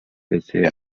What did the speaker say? pese